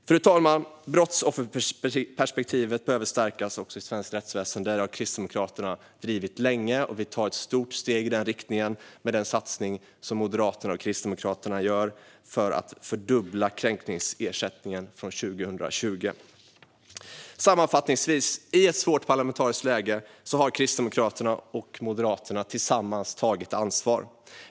Fru talman! Brottsofferperspektivet behöver stärkas i svenskt rättsväsen. Den frågan har Kristdemokraterna drivit länge. Vi tar ett stort steg i den riktningen med den satsning som Moderaterna och Kristdemokraterna gör för att fördubbla kränkningsersättningen från 2020. I ett svårt parlamentariskt läge har Kristdemokraterna och Moderaterna tillsammans tagit ansvar.